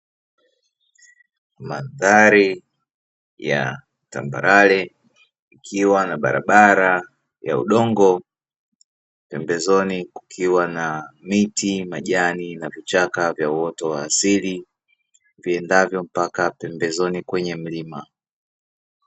Mandhari ya tambalale yakiwa na barabara ya udongo; pembezoni kukiwa na miti, majani na vichaka vya uoto wa asili; viendavyo mpka pembezoni kwenye mlima.